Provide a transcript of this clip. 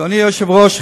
אדוני היושב-ראש,